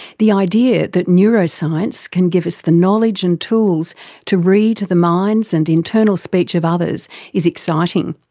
the idea that neuroscience can give us the knowledge and tools to read the minds and internal speech of others is exciting,